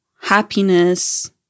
happiness